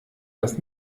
das